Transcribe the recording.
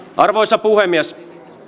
arvoisa puhemies